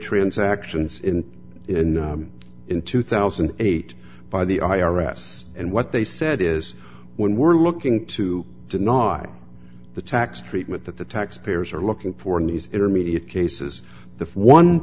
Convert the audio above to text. transactions in in in two thousand and eight by the i r s and what they said is when we're looking to deny the tax treatment that the tax payers are looking for in these intermediate cases the one